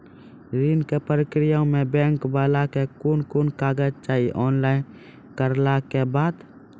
ऋण के प्रक्रिया मे बैंक वाला के कुन कुन कागज चाही, ऑनलाइन करला के बाद?